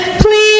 please